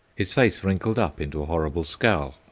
his face wrinkled up into a horrible scowl,